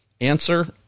answer